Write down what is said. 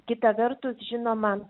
kita vertus žinoma